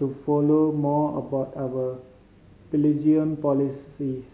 to follow more about our bilingualism policies